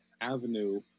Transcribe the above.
avenue